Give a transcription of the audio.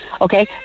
Okay